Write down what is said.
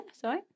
sorry